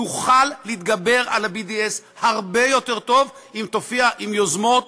תוכל להתגבר על ה-BDS הרבה יותר טוב אם תופיע עם יוזמות,